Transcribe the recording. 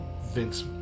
Vince